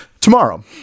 tomorrow